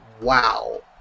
Wow